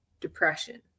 depression